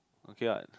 okay what